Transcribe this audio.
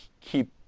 keep